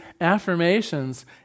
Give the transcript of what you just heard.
affirmations